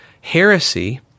Heresy